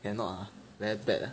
cannot ah very bad ah